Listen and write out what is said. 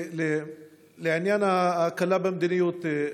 לעניין ההקלה במדיניות,